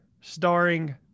starring